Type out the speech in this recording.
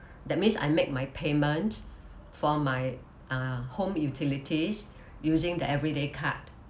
that means I make my payment for my uh home utilities using the everyday card